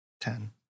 ten